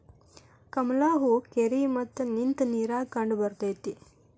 ಕಮಲ ಹೂ ಕೆರಿ ಮತ್ತ ನಿಂತ ನೇರಾಗ ಕಂಡಬರ್ತೈತಿ